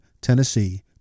Tennessee